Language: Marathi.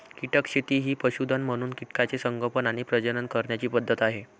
कीटक शेती ही पशुधन म्हणून कीटकांचे संगोपन आणि प्रजनन करण्याची पद्धत आहे